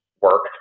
work